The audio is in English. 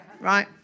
Right